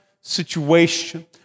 situation